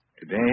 Today